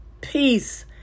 peace